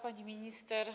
Pani Minister!